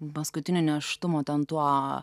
paskutiniu nėštumo ten tuo